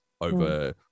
over